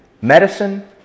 medicine